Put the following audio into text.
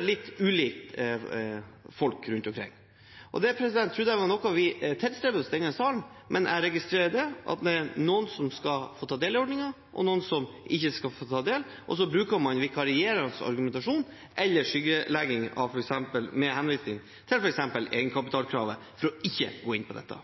litt ulike folk rundt omkring. Det trodde jeg var noe vi tilstrebet i denne sal. Men jeg registrerer at det er noen som skal få ta del i ordningen, og noen som ikke skal få ta del, og så bruker man vikarierende argumentasjon eller skyggelegging med henvisning til f.eks. egenkapitalkravet, for ikke å gå inn på dette.